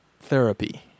therapy